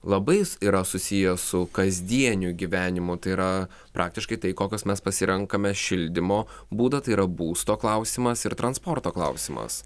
labai yra susiję su kasdieniu gyvenimu tai yra praktiškai tai kokius mes pasirenkame šildymo būdą tai yra būsto klausimas ir transporto klausimas